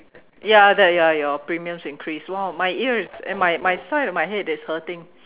ya that ya your premiums increase !wow! my ear is my my side of my head is hurting